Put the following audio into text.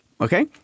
okay